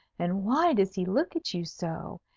and why does he look at you so,